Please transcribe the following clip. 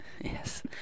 Yes